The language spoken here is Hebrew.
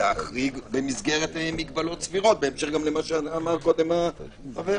להגחריג במסגרת מגבלות סבירות בהמשך למה שאמר החבר.